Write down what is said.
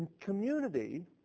community